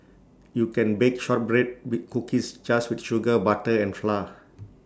you can bake shortbread cookies just with sugar butter and flour